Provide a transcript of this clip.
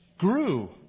grew